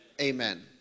Amen